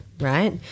Right